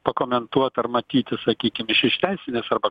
pakomentuot ar matyti sakykim iš iš tesinės arba